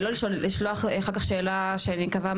לשלוח שאלה שאני מקווה,